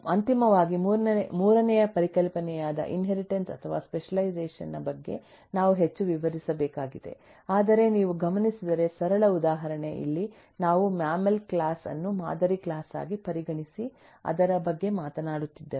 ಅಂತಿಮವಾಗಿ ಮೂರನೆಯ ಪರಿಕಲ್ಪನೆಯಾದ ಇನ್ಹೆರಿಟನ್ಸ್ ಅಥವಾ ಸ್ಪೆಷಲೈಸೇಷನ್ ನ ಬಗ್ಗೆ ನಾವು ಹೆಚ್ಚು ವಿವರಿಸಬೇಕಾಗಿದೆ ಆದರೆ ನೀವು ಗಮನಿಸಿದರೆ ಸರಳ ಉದಾಹರಣೆ ಇಲ್ಲಿ ನಾವು ಮ್ಯಾಮ್ಮಲ್ ಕ್ಲಾಸ್ ಅನ್ನು ಮಾದರಿ ಕ್ಲಾಸ್ ಆಗಿ ಪರಿಗಣಿಸಿ ಅದರ ಬಗ್ಗೆ ಮಾತನಾಡುತ್ತಿದ್ದೇವೆ